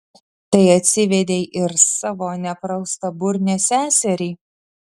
tai atsivedei ir savo nepraustaburnę seserį